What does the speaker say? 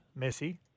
Messi